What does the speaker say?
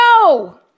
No